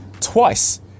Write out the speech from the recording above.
twice